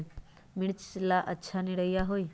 मिर्च ला अच्छा निरैया होई?